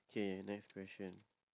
K next question